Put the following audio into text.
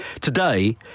Today